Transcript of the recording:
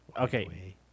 Okay